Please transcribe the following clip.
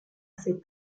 cet